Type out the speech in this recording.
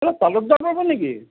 এইটো নেকি